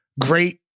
great